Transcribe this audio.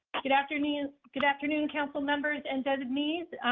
good afternoon good afternoon council members and david me,